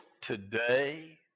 today